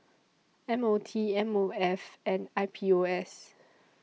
M O T M O F and I P O S